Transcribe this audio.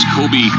Kobe